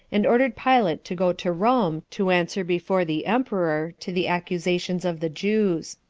and ordered pilate to go to rome, to answer before the emperor to the accusations of the jews.